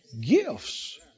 gifts